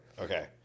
Okay